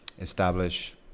establish